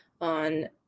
on